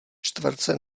čtverce